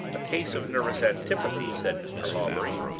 a case of nervous antipathy, said mr. hawbury,